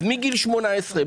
אז מגיל 18,